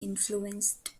influenced